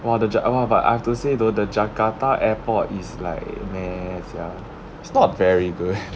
!wah! the ja~ !wah! but I have to say though the jakarta airport is like meh sia it's not very good